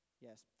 Yes